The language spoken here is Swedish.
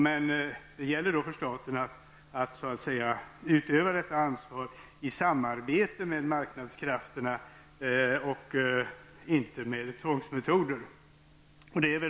Men det gäller då för staten att utöva detta ansvar i samarbete med marknadskrafterna och inte genom tvångsmetoder.